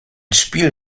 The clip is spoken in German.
spiel